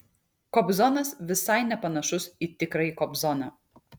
kobzonas visai nepanašus į tikrąjį kobzoną